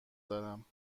دارم